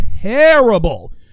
terrible